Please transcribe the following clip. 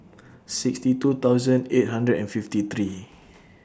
sixty two thousand eight hundred and fifty three